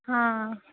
हां